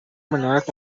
menolak